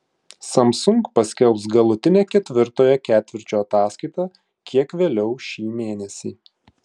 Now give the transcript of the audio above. samsung paskelbs galutinę ketvirtojo ketvirčio ataskaitą kiek vėliau šį mėnesį